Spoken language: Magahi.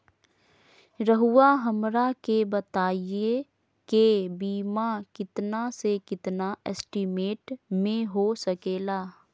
रहुआ हमरा के बताइए के बीमा कितना से कितना एस्टीमेट में हो सके ला?